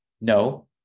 no